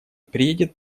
приедет